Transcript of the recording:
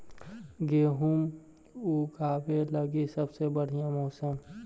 गेहूँ ऊगवे लगी सबसे बढ़िया मौसम?